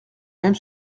même